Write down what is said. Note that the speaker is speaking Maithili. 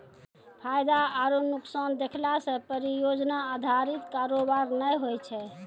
फायदा आरु नुकसान देखला से परियोजना अधारित कारोबार नै होय छै